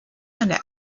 eine